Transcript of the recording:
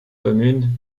communes